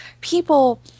people